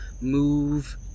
move